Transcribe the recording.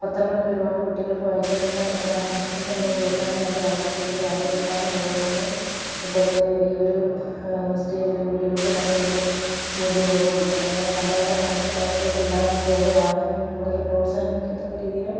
പത്രങ്ങളിൽ ഒരുപാട് കുട്ടികൾക്ക് വായിക്കാനുള്ള എന്തെങ്കിലുവൊക്കെ വരികയാണെങ്കിൽ നല്ലതാണ് കുട്ടികൾക്ക് അറിവ് കിട്ടാനും അതുപോലെതന്നെ ഇപ്പോഴത്തെ ഈ ഒരു സ്റ്റേജിൽ കുട്ടികൾക്ക് നല്ലയൊരു മൂല്യബോധവും അതുപോലെ തന്നെ നല്ല നല്ല കാഴ്ച്ചപ്പാടുകളൊക്കെ ഉണ്ടാകാൻ വേണ്ടി അവരെ വായന കൂടുതൽ പ്രോത്സാഹിപ്പിക്കത്തക്ക രീതിയിൽ